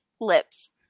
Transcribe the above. lips